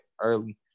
early